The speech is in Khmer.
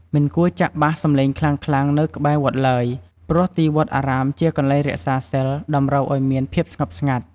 មិនគួរចាក់បាសសំឡេងខ្លាំងៗនៅក្បែរវត្តឡើយ ព្រោះទីវត្តអារាមជាកន្លែងរក្សាសីល តម្រូវឲ្យមានភាពស្ងប់ស្ងាត់។